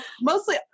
mostly